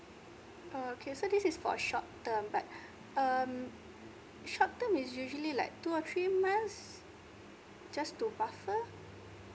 oh okay so this is for short term but um short term is usually like two or three months just to buffer